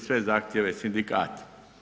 sve zahtjeve sindikata?